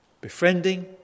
befriending